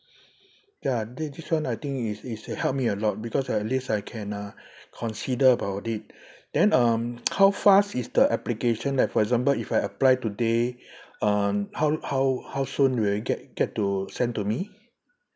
ya this this [one] I think is is should help me a lot because at least I can uh consider about it then um how fast is the application like for example if I apply today um how how how soon will it get get to sent to me